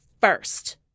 first